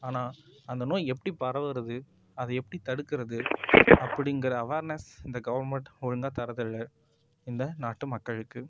ஆனால் அந்த நோய் எப்படி பரவுருது அது எப்படி தடுக்கிறது அப்படிங்குற அவர்னஸ் இந்த கவுர்மண்ட் ஒழுங்கா தறதில்லை இந்த நாட்டு மக்களுக்கு